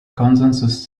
consensus